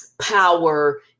power